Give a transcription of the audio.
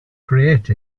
create